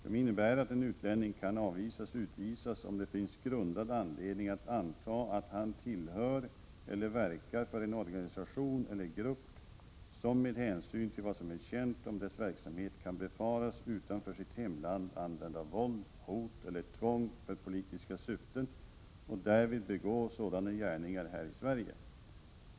De innebär att en utlänning kan avvisas/utvisas om det finns grundad anledning att anta att han tillhör eller verkar för en organisation eller grupp som med hänsyn till vad som är känt om dess verksamhet kan befaras utanför sitt hemland använda våld, hot eller tvång för politiska syften och därvid begå sådana gärningar här i Sverige.